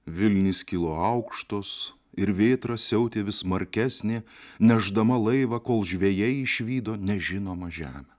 vilnys kilo aukštos ir vėtra siautė vis smarkesnė nešdama laivą kol žvejai išvydo nežinomą žemę